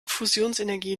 fusionsenergie